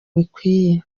bikwiye